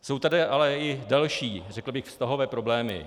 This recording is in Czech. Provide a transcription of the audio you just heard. Jsou tady ale i další, řekl bych, vztahové problémy.